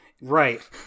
right